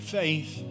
faith